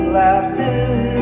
laughing